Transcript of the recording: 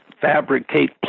fabricate